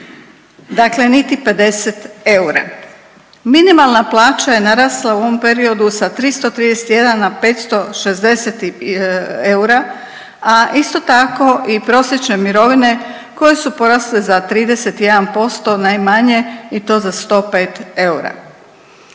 Dakle, niti 50 eura. Minimalna plaća je narasla u ovom periodu sa 331 na 560 eura, a isto tako i prosječne mirovine koje su porasle za 31% najmanje i to za 105 eura.